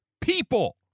people